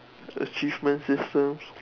achievements system